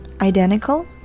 identical